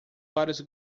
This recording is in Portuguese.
vários